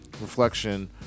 reflection